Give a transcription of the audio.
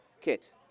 Kit